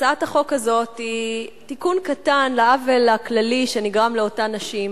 הצעת החוק הזאת היא תיקון קטן לעוול הכללי שנגרם לאותן נשים.